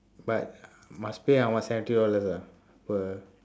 but must pay about seventy dollars ah per